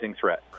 threat